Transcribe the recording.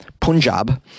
punjab